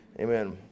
Amen